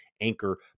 Anchor